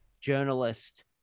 journalist